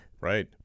right